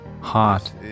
heart